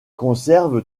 conserve